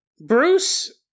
Bruce